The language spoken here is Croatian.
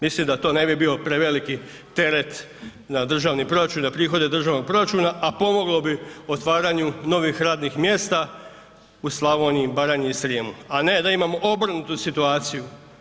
Mislim da to ne bi bio preveliki teret na državni proračun, na prihode državnog proračuna, a pomoglo bi otvaranju novih radnih mjesta u Slavoniji, Baranji i Srijemu, a ne da imamo obrnutu situaciju.